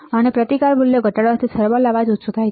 અને પ્રતિકાર મૂલ્યો ઘટાડવાથી થર્મલ અવાજ પણ ઓછો થાય છે